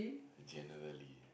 generally